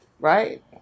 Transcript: right